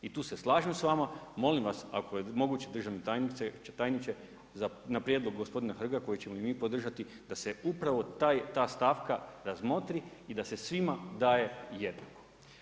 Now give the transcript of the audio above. I tu se slažem s vama, molim vas ako je moguće, državni tajniče na prijedlog gospodina Hrga koji ćemo i mi podržati da se upravo ta stavka razmotri i da se svima daje jednako.